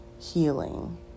healing